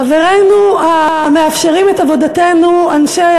חברינו המאפשרים את עבודתנו, אנשי